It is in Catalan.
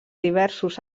diversos